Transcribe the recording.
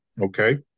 Okay